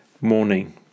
morning